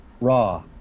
raw